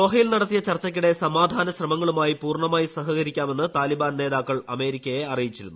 ദോഹയിൽ നടത്തിയ ചർച്ചയ്ക്കിടെ സമാധാന ശ്രമങ്ങളുമായി പൂർണ്ണ മായി സഹകരിക്കാമെന്ന് താലിബാൻ നേതാക്കൾ അമേരിക്കയെ അറിയി ച്ചിരുന്നു